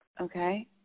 okay